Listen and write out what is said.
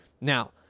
Now